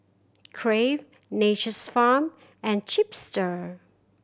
Crave Nature's Farm and Chipster